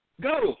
Go